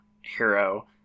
hero